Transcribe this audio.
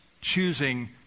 choosing